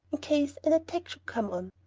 case an attack should come on.